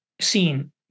seen